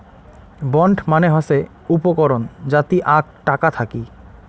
bond মানে হসে উপকরণ যাতি আক টাকা থাকি